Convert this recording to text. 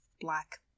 black